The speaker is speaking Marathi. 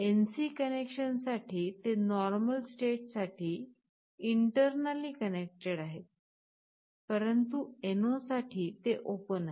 NC कनेक्शन साठी ते नॉर्मल स्टेट साठी इंटर्नॅल्ली कनेक्टेड आहे परंतु NO साठी ते ओपन आहे